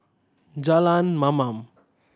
Jalan Mamam